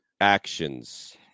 actions